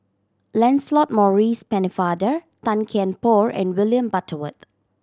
Lancelot Maurice Pennefather Tan Kian Por and William Butterworth